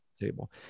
Table